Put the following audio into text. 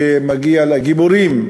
גיבורים,